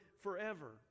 forever